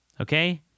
Okay